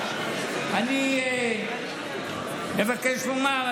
אני מבקש לומר,